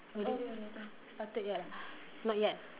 not yet